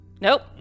Nope